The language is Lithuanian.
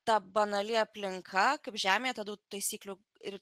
ta banali aplinka kaip žemėje tada taisyklių ir